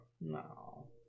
No